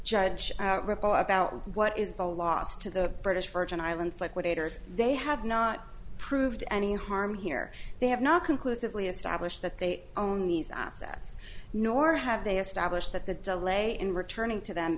judge ripple about what is the loss to the british virgin islands liquidators they have not proved any harm here they have not conclusively established that they own these assets nor have they established that the delay in returning to them